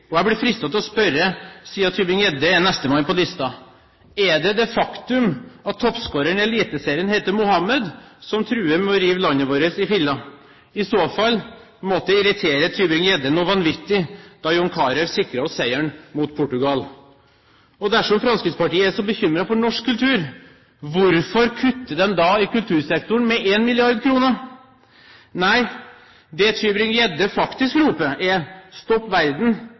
filler. Jeg blir fristet til å spørre, siden Tybring-Gjedde er nestemann på talerlisten. Er det det faktum at toppscoreren i eliteserien heter Mohammed, som truer med å rive landet vårt i filler? I så fall måtte det irritere Tybring-Gjedde noe vanvittig da John Carew sikret oss seieren mot Portugal. Og dersom Fremskrittspartiet er så bekymret for norsk kultur, hvorfor kutter de da i kultursektoren med 1 mrd. kr? Nei, det Tybring-Gjedde faktisk roper, er stopp verden,